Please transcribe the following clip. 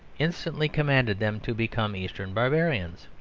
instantly commanded them to become eastern barbarians.